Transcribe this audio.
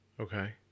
Okay